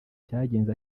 cyagenze